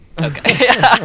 Okay